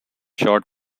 shot